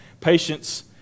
patience